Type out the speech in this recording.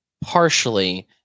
partially –